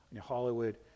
Hollywood